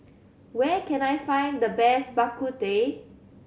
where can I find the best Bak Kut Teh